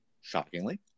shockingly